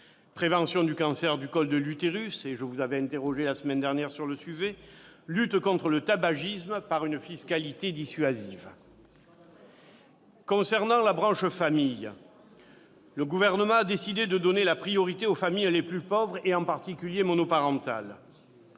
prévention du cancer du col de l'utérus est elle aussi encouragée ; je vous avais interrogée la semaine dernière sur le sujet. Enfin, on lutte contre le tabagisme par une fiscalité dissuasive. Concernant la branche famille, le Gouvernement a décidé de donner la priorité aux familles les plus pauvres, en particulier monoparentales.